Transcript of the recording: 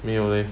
没有 leh